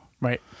right